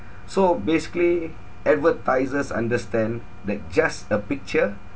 so basically advertisers understand that just a picture